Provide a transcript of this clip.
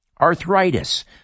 arthritis